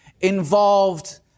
involved